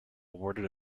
awarded